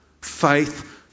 faith